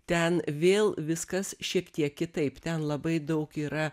ten vėl viskas šiek tiek kitaip ten labai daug yra